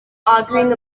arguing